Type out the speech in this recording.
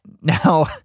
now